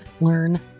Learn